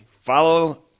Follow